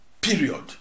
period